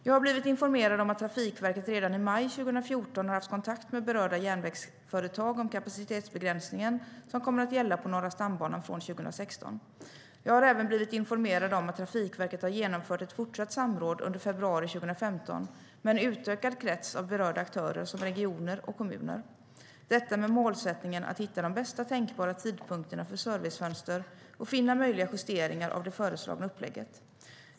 Jag har blivit informerad om att Trafikverket redan i maj 2014 hade kontakt med berörda järnvägsföretag om kapacitetsbegränsningen som kommer att gälla på Norra stambanan från 2016. Jag har även blivit informerad om att Trafikverket genomförde ett fortsatt samråd under februari 2015 med en utökad krets av berörda aktörer som regioner och kommuner - detta med målsättningen att hitta de bästa tänkbara tidpunkterna för servicefönster och finna möjliga justeringar av det föreslagna upplägget.